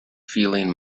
feeling